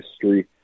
history